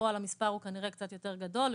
בפועל המספר הוא כנראה קצת יותר גדול,